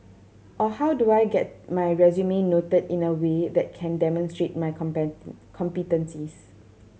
or how do I get my resume noted in a way that can demonstrate my competencies